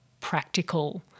practical